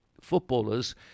footballers